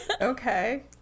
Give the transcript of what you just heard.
Okay